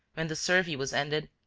when the survey was ended,